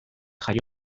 jaio